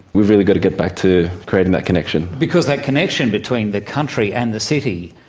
we've really got to get back to creating that connection. because that connection between the country and the city,